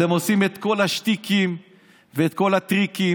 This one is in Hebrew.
אתם עושים את כל השטיקים ואת כל הטריקים